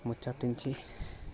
ముచ్చ టించి